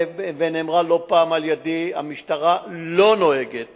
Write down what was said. ונאמרה לא פעם על-ידי: המשטרה לא נוהגת